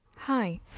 Hi